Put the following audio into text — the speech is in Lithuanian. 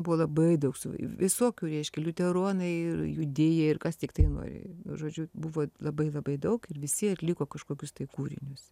buvo labai daug visokių reiškia liuteronai ir judėjai ir kas tiktai nori žodžiu buvo labai labai daug ir visi atliko kažkokius tai kūrinius